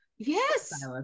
yes